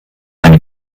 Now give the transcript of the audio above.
eine